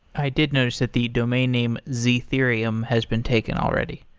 i did notice that the domain name zethereum has been taken already